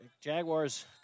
Jaguars